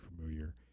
familiar